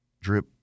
drip